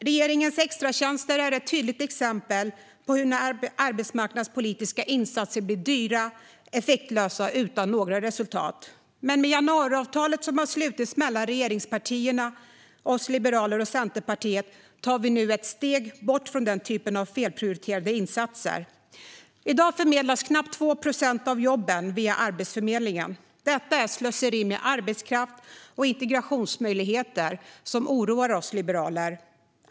Regeringens extratjänster är ett tydligt exempel på arbetsmarknadspolitiska insatser som blir dyra, effektlösa och utan några resultat. Men med januariavtalet, som har slutits mellan regeringspartierna, oss liberaler och Centerpartiet, tar vi nu ett steg bort från den typen av felprioriterade insatser. I dag förmedlas knappt 2 procent av jobben via Arbetsförmedlingen. Detta är ett slöseri med arbetskraft och integrationsmöjligheter som oroar oss liberaler.